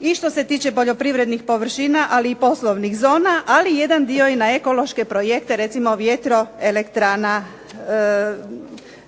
i u što se tiče poljoprivrednih površina ali i poslovnih zona, ali jedan dio i na ekološke projekte recimo vjetroelektrana Jasenice.